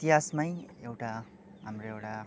इतिहासमै एउटा हाम्रो एउटा